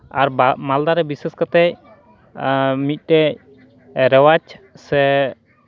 ᱟᱨ ᱢᱟᱞᱫᱟ ᱨᱮ ᱵᱤᱥᱮᱥ ᱠᱟᱛᱮᱫ ᱢᱤᱫᱴᱮᱱ ᱨᱮᱣᱟᱡᱽ ᱥᱮ